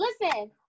listen